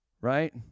Right